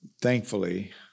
thankfully